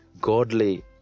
godly